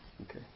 okay